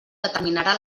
determinarà